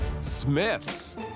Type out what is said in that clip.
Smith's